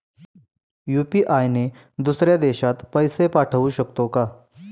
UPI ने दुसऱ्या देशात पैसे पाठवू शकतो का?